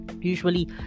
usually